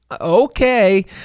okay